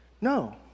No